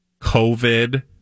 COVID